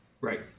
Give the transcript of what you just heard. right